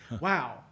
wow